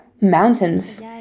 mountains